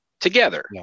together